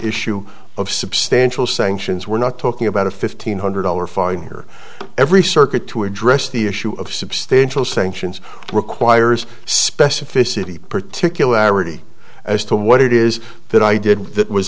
issue of substantial sanctions we're not talking about a fifteen hundred dollar fine here every circuit to address the issue of substantial sanctions requires specificity particularity as to what it is that i did